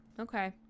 Okay